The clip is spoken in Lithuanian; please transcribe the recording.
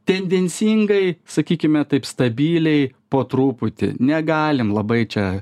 tendencingai sakykime taip stabiliai po truputį negalim labai čia